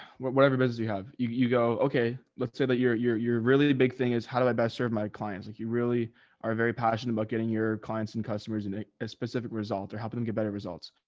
whatever business you have, you, you go, okay, let's say that your, your, your really big thing is how do i best serve my clients? like you really are very passionate about getting your clients and customers in a specific result or helping them get better results.